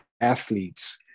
athletes